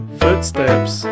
footsteps